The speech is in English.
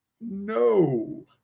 no